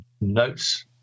notes